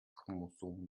chromosom